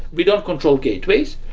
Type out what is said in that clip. we don't control gateways.